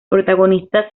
protagonista